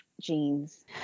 jeans